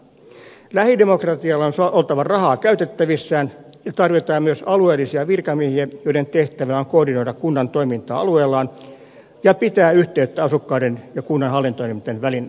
lähidemokratialla on oltava rahaa käytettävissään ja tarvitaan myös alueellisia virkamiehiä joiden tehtävänä on koordinoida kunnan toimintaa alueellaan ja pitää yhteyttä asukkaiden ja kunnan hallintoelinten välillä